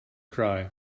cry